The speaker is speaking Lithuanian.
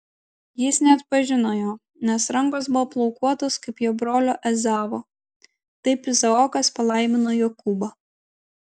jis neatpažino jo nes rankos buvo plaukuotos kaip jo brolio ezavo taip izaokas palaimino jokūbą